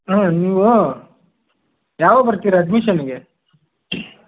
ಹಾಂ ನೀವು ಯಾವಾಗ ಬರ್ತೀರಾ ಅಡ್ಮಿಶನ್ಗೆ